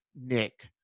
Nick